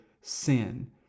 sin